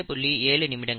7 நிமிடங்கள்